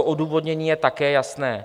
Odůvodnění je také jasné.